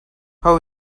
how